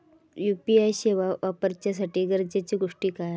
UPI सेवा वापराच्यासाठी गरजेचे गोष्टी काय?